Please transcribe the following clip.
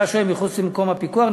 נמצא שוהה מחוץ למקום הפיקוח,